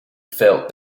felt